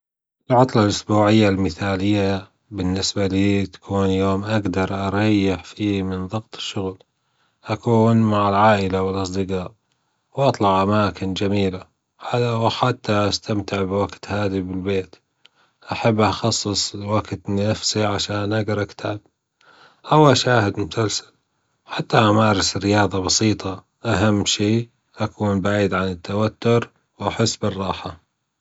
العطلة الأسبوعية المثالية بالنسبة لي تكون يوم أجدر أريح فيه من ضغط الشغل، أكون مع العائله والأصدجاء وأطلع أماكن جميلة وحتي أستمتع بوجت هادي بالبيت، أحب أخصص وجت لنفسي عشان أجرأ كتاب أو أشاهد مسلسل حتى أمارس رياضة بسيطة، أهم شي أكون بعيد عن التوتر وأحس بالراحة.